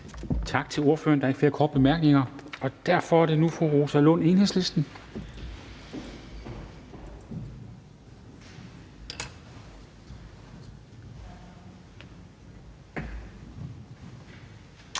Tak til ordføreren. Der er ikke flere korte bemærkninger. Derfor er det nu fru Rosa Lund, Enhedslisten.